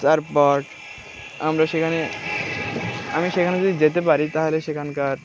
তারপর আমরা সেখানে আমি সেখানে যদি যেতে পারি তাহলে সেখানকার